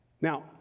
Now